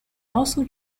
also